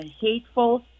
hateful